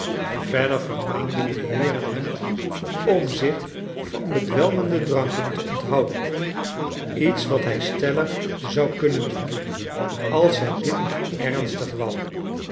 verder vermaanden de heeren hem om zich van bedwelmende dranken te onthouden iets wat hij stellig zou kunnen doen als hij dit maar ernstig wou